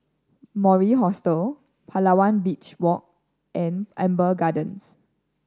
Mori Hostel Palawan Beach Walk and Amber Gardens